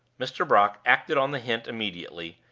mr. brock acted on the hint immediately,